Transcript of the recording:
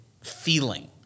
feeling